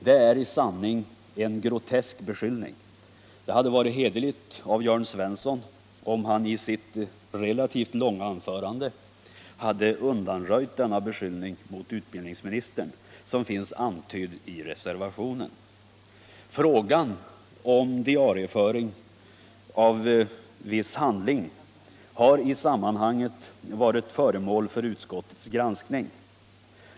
Det är i sanning en grotesk beskyllning. Det hade varit hederligt av Jörn Svensson, om han i sitt relativt långa anförande hade undanröjt den beskyllning mot utbildningsministern som finns antydd i reservationen. Frågan om diarieföring av viss handling har i sammanhanget varit föremål för utskottets granskning.